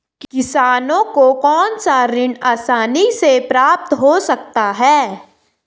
किसानों को कौनसा ऋण आसानी से प्राप्त हो सकता है?